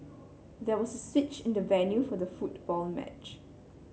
there was a switch in the venue for the football match